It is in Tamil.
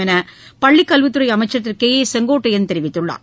என்றுபள்ளிகல்வித் துறைஅமைச்சர் திருகே ஏ செங்கோட்டையன் தெரிவித்துள்ளார்